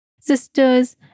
sisters